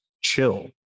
chill